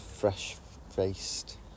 fresh-faced